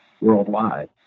worldwide